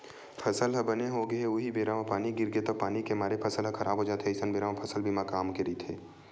फसल ह बने होगे हे उहीं बेरा म पानी गिरगे तब तो पानी के मारे फसल ह खराब हो जाथे अइसन बेरा म फसल बीमा काम के रहिथे